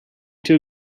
too